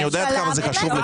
אני יודע כמה זה חשוב לך.